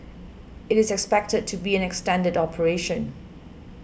it is expected to be an extended operation